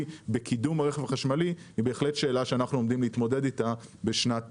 בקידום הרכב החשמלי היא בהחלט שאלה שאנחנו עומדים להתמודד איתה בשנת